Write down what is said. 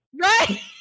Right